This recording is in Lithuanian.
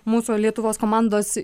mūsų lietuvos komandos